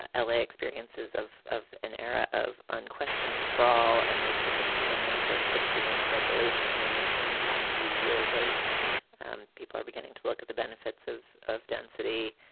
ah l a. experiences of of an era of unquestioned sprawl and which had been coming in for criticism and regulation the in the past few years as um people are beginning to look at the benefits of of density.